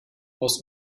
aus